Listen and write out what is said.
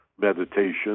Meditation